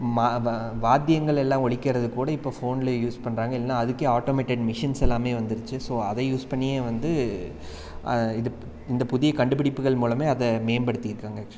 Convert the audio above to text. வாத்தியங்களெல்லாம் ஒலிக்கிறது கூட இப்போ ஃபோனில் யூஸ் பண்ணுறாங்க இல்லைனா அதுக்கே ஆட்டோமேட்டட் மிஷின்ஸ் எல்லாமே வந்துருச்சு ஸோ அதை யூஸ் பண்ணியே வந்து இது இந்த புதிய கண்டுபுடிப்புகள் மூலம் அதை மேம்படுத்தியிருக்காங்க ஆக்சுவலி